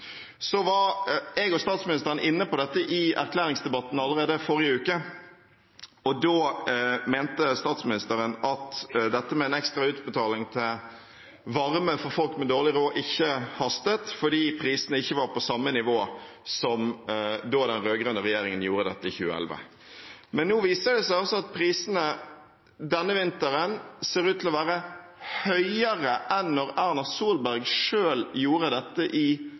Jeg og statsministeren var inne på dette i erklæringsdebatten allerede i forrige uke, og da mente statsministeren at dette med en ekstra utbetaling til varme for folk med dårlig råd ikke hastet, fordi prisene ikke var på samme nivå som da den rød-grønne regjeringen gjorde dette i 2011. Men nå viser det seg at prisene denne vinteren ser ut til å være høyere enn da Erna Solberg selv gjorde dette i